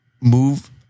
move